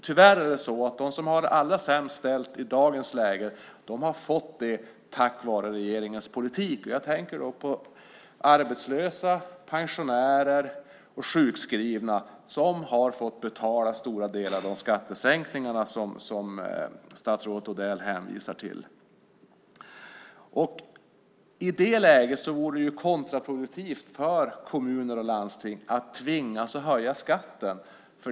Tyvärr har de som har det allra sämst ställt i dagens läge fått det så på grund av regeringens politik. Jag tänker då på arbetslösa, pensionärer och sjukskrivna som har fått betala stora delar av de skattesänkningar som statsrådet Odell hänvisar till. I det läget vore det kontraproduktivt för kommuner och landsting att tvingas att höja skatten.